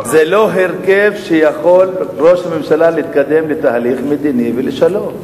זה לא הרכב שאתו יכול ראש ממשלה להתקדם לתהליך מדיני ולשלום.